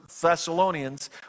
Thessalonians